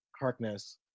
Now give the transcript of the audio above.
Harkness